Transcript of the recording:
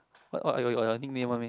what your nickname one meh